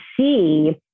see